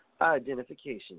identification